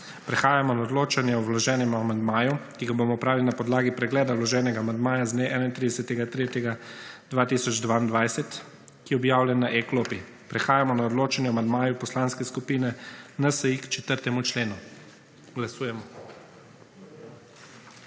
Prehajamo na odločanje o vloženih amandmajih, ki ga bomo opravili na podlagi pregleda vloženih amandmajev z dne 31. 3. 2022, ki je objavljen na e-klopi. Prehajamo na odločanje o amandmaju Poslanske skupine NSi k 18. členu. Glasujemo.